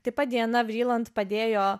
taip pat diana vriland padėjo